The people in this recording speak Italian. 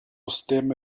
stemma